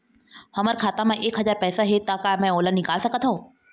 हमर खाता मा एक हजार पैसा हे ता का मैं ओला निकाल सकथव?